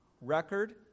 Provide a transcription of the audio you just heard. record